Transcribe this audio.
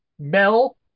Mel